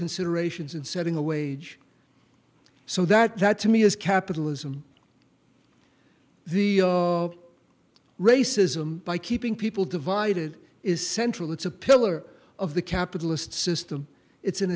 considerations in setting a wage so that that to me is capitalism the racism by keeping people divided is central it's a pillar of the capitalist system it's an